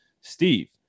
steve